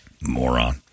Moron